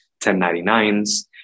1099s